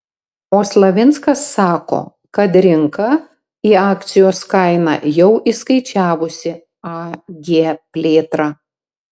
o slavinskas sako kad rinka į akcijos kainą jau įskaičiavusi ag plėtrą